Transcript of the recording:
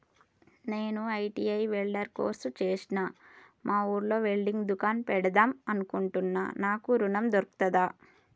నేను ITI welder course చేశ్న మా ఊర్లో వెల్డింగ్ దుకాన్ పెడదాం అనుకుంటున్నా నాకు ఋణం దొర్కుతదా?